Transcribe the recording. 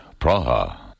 Praha